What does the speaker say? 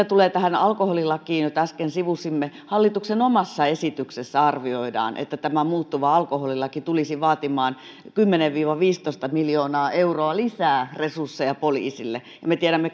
tulee tähän alkoholilakiin jota äsken sivusimme hallituksen omassa esityksessä arvioidaan että tämä muuttuva alkoholilaki tulisi vaatimaan kymmenen viiva viisitoista miljoonaa euroa lisää resursseja poliisille me tiedämme